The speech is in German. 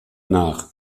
nach